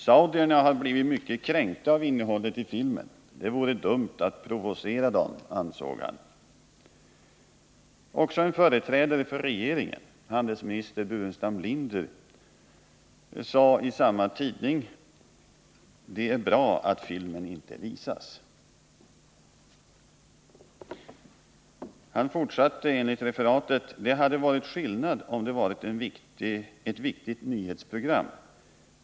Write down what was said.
”Saudierna har blivit mycket kränkta av innehållet i filmen —-=-=—, Det vore dumt att provocera dem”, ansåg han. Också en företrädare för regeringen, handelsminister Burenstam Linder, sade i samma tidning att det är ”bra att filmen inte visas”. Han fortsatte: ”Det hade varit skillnad om det varit ett riktigt nyhetsprogram.